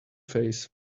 phase